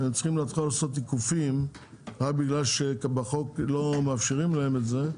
וצריכים להתחיל לעשות עיקופים רק בגלל שבחוק לא מאפשרים להם את זה,